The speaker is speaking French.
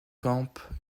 campe